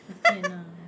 okay lah